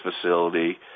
facility